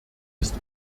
ist